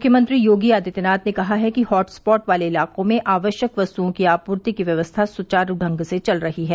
मुख्यमंत्री योगी आदित्यनाथ ने कहा है कि हॉटस्पॉट वाले इलाकों में आवश्यक वस्तुओं की आपूर्ति की व्यवस्था सुचारू ढंग से चल रही है